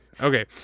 Okay